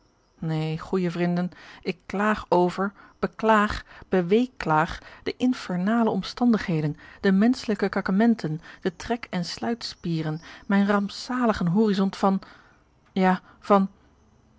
nee goeie vrinden ik klaag over beklaag be weeklaag de infernale omstandigheden de menschelijke kakementen de trek en sluitspieren mijn rampzaligen horizont van ja van